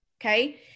okay